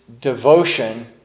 devotion